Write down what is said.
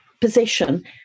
position